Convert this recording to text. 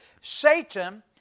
Satan